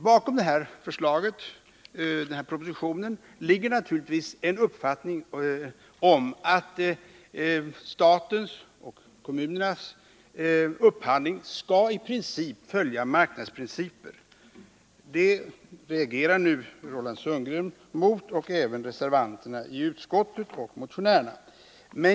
Bakom den här propositionen ligger naturligtvis uppfattningen att statens och kommunernas upphandling i stort skall följa marknadsprinciper. Det reagerar nu Roland Sundgren emot, liksom reservanterna i utskottet och motionärerna.